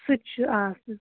سُہ تہِ چھُ آسان